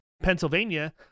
Pennsylvania